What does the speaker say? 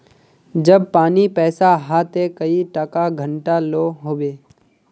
जब पानी पैसा हाँ ते कई टका घंटा लो होबे?